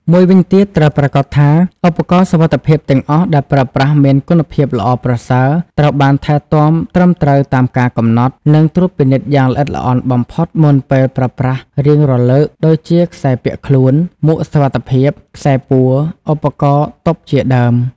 មួយវិញទៀត ត្រូវប្រាកដថាឧបករណ៍សុវត្ថិភាពទាំងអស់ដែលប្រើប្រាស់មានគុណភាពល្អប្រសើរ ត្រូវបានថែទាំត្រឹមត្រូវតាមការកំណត់ និងត្រួតពិនិត្យយ៉ាងល្អិតល្អន់បំផុតមុនពេលប្រើប្រាស់រៀងរាល់លើក ដូចជាខ្សែពាក់ខ្លួន មួកសុវត្ថិភាព ខ្សែពួរ ឧបករណ៍ទប់ជាដើម។